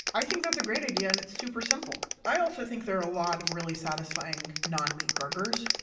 i think that's a great idea and it's super simple. i also think there are a lot of really satisfying non meat burgers.